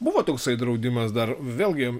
buvo toksai draudimas dar vėlgi